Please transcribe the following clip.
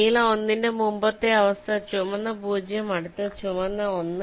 നീല 1 ന്റെ മുമ്പത്തെ അവസ്ഥ ചുമന്ന 0 അടുത്തത് ചുമന്ന 1